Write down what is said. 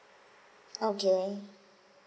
okay